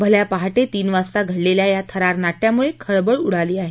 भल्या पहाटे तीन वाजता घडलेल्या या थरार नाट्यामुळे खळबळ उडाली आहे